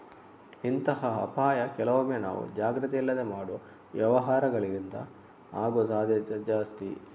ಇಂತಹ ಅಪಾಯ ಕೆಲವೊಮ್ಮೆ ನಾವು ಜಾಗ್ರತೆ ಇಲ್ಲದೆ ಮಾಡುವ ವ್ಯವಹಾರಗಳಿಂದ ಆಗುವ ಸಾಧ್ಯತೆ ಜಾಸ್ತಿ